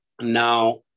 now